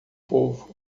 povo